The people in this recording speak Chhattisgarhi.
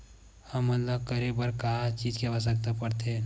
हमन ला करे बर का चीज के आवश्कता परथे?